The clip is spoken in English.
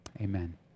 amen